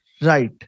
Right